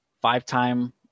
five-time